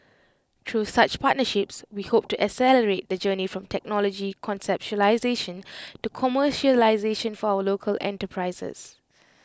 through such partnerships we hope to accelerate the journey from technology conceptualisation to commercialisation for our local enterprises